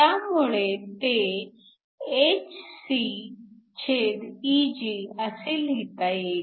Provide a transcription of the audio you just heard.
त्यामुळे ते hcEg असे लिहिता येईल